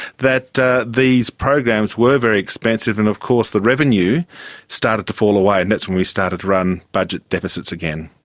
that that these programs were very expensive and of course the revenue started to fall away and that's when we started to run budget deficits again.